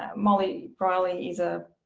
um molly riley is a,